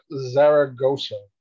Zaragoza